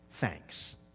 Thanks